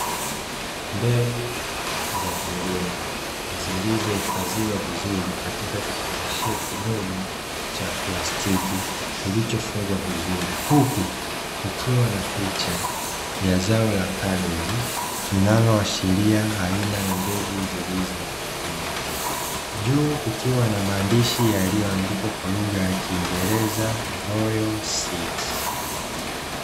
Mbegu za kilimo, zilizohifadhiwa vizuri katika kifungashio kidogo cha plastiki kilichofungwa vizuri, huku kukiwa na picha ya zao la kabeji, linaloashiria aina ya zao zilizo humo, juu kukiwa na maandishi yaliyoandikwa kwa lugha ya kiiengereza "ROYAL SEEDS ".